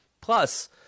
Plus